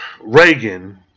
Reagan